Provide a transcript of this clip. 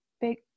big